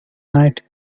night